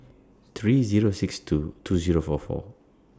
three six Zero two two Zero four four